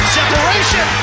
separation